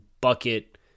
bucket